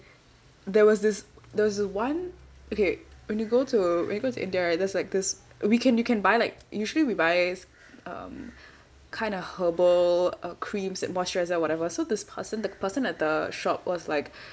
there was this there was one okay when you go to when you go to india right there's like this we can you can buy like usually we buy um kind of herbal uh creams that moisturize and whatever so this person the person at the shop was like